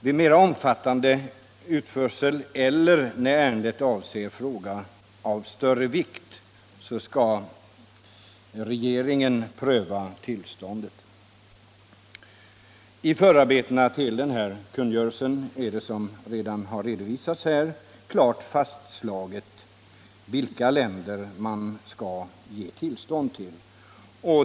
Vid mera omfattande utförsel eller när ärendet avser fråga av större vikt skall tillståndet prövas av regeringen. I förarbetena till kungörelsen är det, som redan redovisats här, klart fastslaget vilka länder man kan ge tillstånd till.